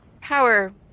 power